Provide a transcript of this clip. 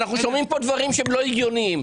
אנחנו שומעים פה דברים לא הגיוניים.